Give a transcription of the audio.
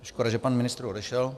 Škoda, že pan ministr odešel.